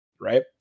right